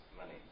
money